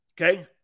Okay